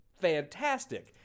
fantastic